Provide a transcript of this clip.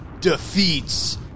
defeats